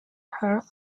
her